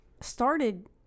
started